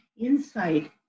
insight